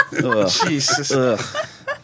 Jesus